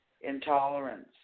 intolerance